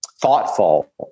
thoughtful